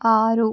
ఆరు